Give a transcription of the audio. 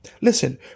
Listen